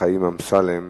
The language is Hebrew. בכסלו התש"ע (25 בנובמבר 2009):